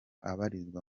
abarizwa